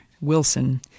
Wilson